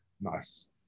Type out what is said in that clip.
Nice